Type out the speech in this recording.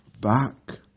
back